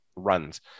runs